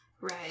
right